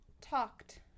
talked